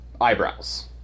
eyebrows